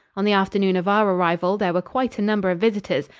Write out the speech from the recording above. on the afternoon of our arrival there were quite a number of visitors,